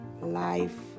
life